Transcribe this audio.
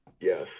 Yes